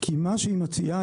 כי מה שהיא מציעה,